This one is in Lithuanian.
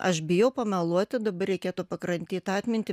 aš bijau pameluoti dabar reikėtų pakratyt atmintį